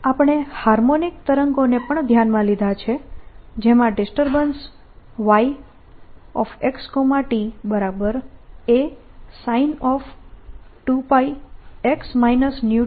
આપણે હાર્મોનિક તરંગો ને પણ ધ્યાનમાં લીધા છે જેમાં ડિસ્ટર્બન્સ yxtAsin2π છે